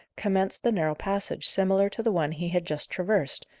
commenced the narrow passage similar to the one he had just traversed,